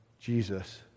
Jesus